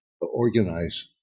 organize